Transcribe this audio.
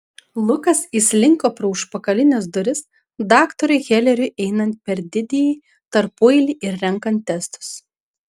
lukas įslinko pro užpakalines duris daktarui heleriui einant per didįjį tarpueilį ir renkant testus